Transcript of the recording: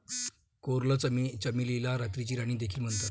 coral चमेलीला रात्रीची राणी देखील म्हणतात